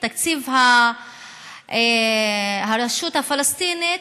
תקציב הרשות הפלסטינית.